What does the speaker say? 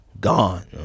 Gone